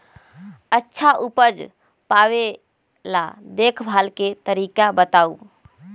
अच्छा उपज पावेला देखभाल के तरीका बताऊ?